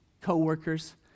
co-workers